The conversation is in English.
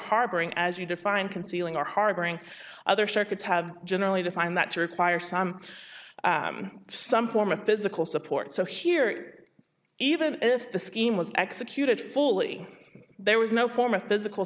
harboring as you define concealing are harboring other circuits have generally defined that to require some some form of physical support so here even if the scheme was executed fully there was no form of physical